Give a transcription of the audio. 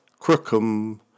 Crookham